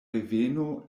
reveno